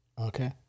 Okay